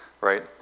right